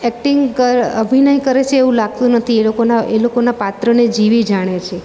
acting અભિનય કરે છે એવું લાગતું નથી એ લોકોના એ લોકોના પાત્રને જીવી જાણે છે